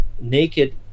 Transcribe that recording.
naked